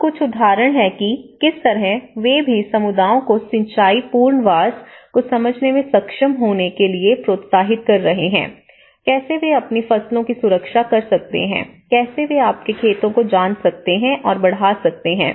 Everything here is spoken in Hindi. अब कुछ उदाहरण हैं कि किस तरह वे भी समुदायों को सिंचाई पुनर्वास को समझने में सक्षम होने के लिए प्रोत्साहित कर रहे हैं कैसे वे अपनी फसलों की सुरक्षा कर सकते हैं कैसे वे आपके खेतों को जान सकते हैं और बढ़ा सकते हैं